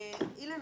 אילן,